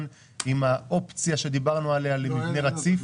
עם האופציה שדיברנו עליה לניטור רציף?